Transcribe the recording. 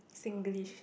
Singlish